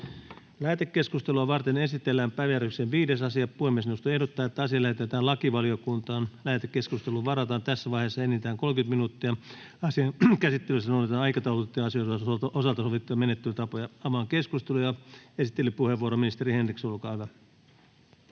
Lähetekeskustelua varten esitellään päiväjärjestyksen 5. asia. Puhemiesneuvosto ehdottaa, että asia lähetetään lakivaliokuntaan. Lähetekeskusteluun varataan tässä vaiheessa enintään 30 minuuttia. Asian käsittelyssä noudatetaan aikataulutettujen asioiden osalta sovittuja menettelytapoja. — Avaan keskustelun. Esittelypuheenvuoro, ministeri Henriksson,